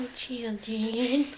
children